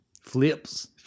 flips